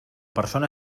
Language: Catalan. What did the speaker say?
persona